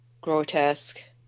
grotesque